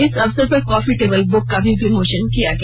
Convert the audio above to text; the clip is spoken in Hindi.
इस अवसर पर एक कॉफी टेबल बुक का भी विमोचन किया गया